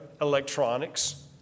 Electronics